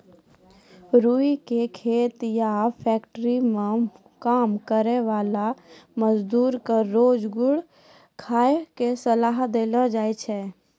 रूई के खेत या फैक्ट्री मं काम करै वाला मजदूर क रोज गुड़ खाय के सलाह देलो जाय छै